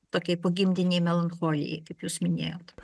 tokiai pogimdinei melancholijai kaip jūs minėjot